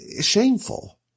shameful